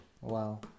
Wow